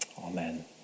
Amen